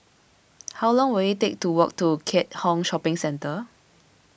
how long will it take to walk to Keat Hong Shopping Centre